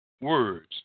words